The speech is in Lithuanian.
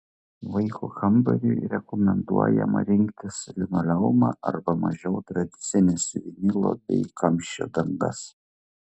vaiko kambariui rekomenduojama rinktis linoleumą arba mažiau tradicines vinilo bei kamščio dangas